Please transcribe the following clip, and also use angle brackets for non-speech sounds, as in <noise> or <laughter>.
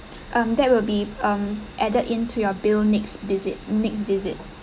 <breath> um that will be um added into your bill next visit next visit